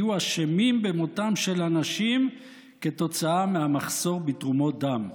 יהיו אשמים במותם של אנשים כתוצאה מהמחסור בתרומות דם.